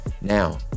Now